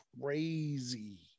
crazy